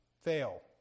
fail